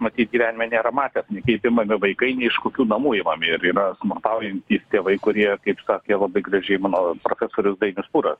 matyt gyvenime nėra matęs kaip imami vaikai ne iš kokių namų imami ir yra smurtaujantys tėvai kurie kaip sakė labai gražiai mano profesorius dainius pūras